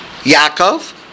Yaakov